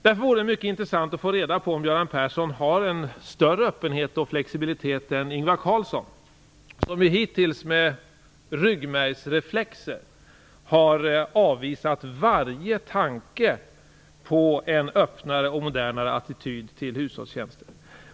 Därför vore det mycket intressant att få reda på om Göran Persson har en större öppenhet och flexibilitet än Ingvar Carlsson, som ju hittills med ryggmärgsreflexer har avvisat varje tanke på en öppnare och modernare attityd till hushållstjänster.